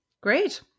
Great